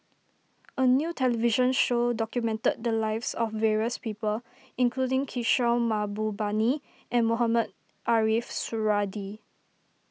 a new television show documented the lives of various people including Kishore Mahbubani and Mohamed Ariff Suradi